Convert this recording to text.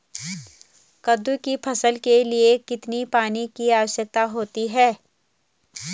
कद्दू की फसल के लिए कितने पानी की आवश्यकता होती है?